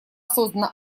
создана